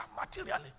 materially